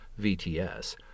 VTS